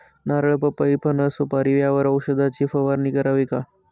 नारळ, पपई, फणस, सुपारी यावर औषधाची फवारणी करावी का?